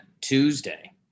Tuesday